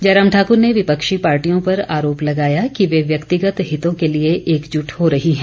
जयराम ठाकुर ने विपक्षी पार्टियों पर आरोप लगाया कि वे व्यक्तिगत हितों के लिए एकज़ुट हो रही हैं